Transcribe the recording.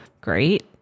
Great